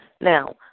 Now